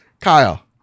Kyle